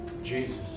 Jesus